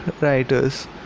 writers